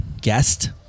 guest